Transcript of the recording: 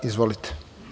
Izvolite.